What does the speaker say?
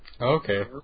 Okay